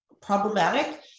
problematic